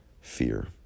fear